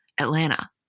Atlanta